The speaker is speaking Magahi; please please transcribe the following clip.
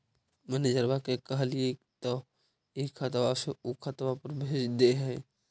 मैनेजरवा के कहलिऐ तौ ई खतवा से ऊ खातवा पर भेज देहै?